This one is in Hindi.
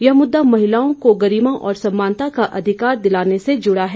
यह मुद्दा महिलाओं को गरिमा और समानता का अधिकार दिलाने से जुड़ा है